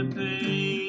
pay